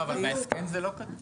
לא, אבל בהסכם זה לא כתוב.